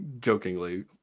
jokingly